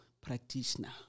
practitioner